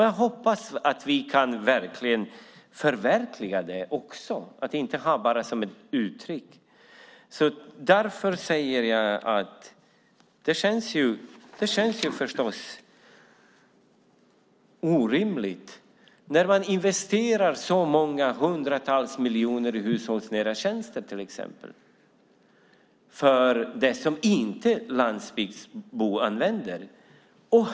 Jag hoppas att vi kan förverkliga det också och inte bara ha det som ett uttryck. Det känns orimligt att man investerar så många hundratals miljoner i till exempel hushållsnära tjänster som inte landsbygdsbor använder.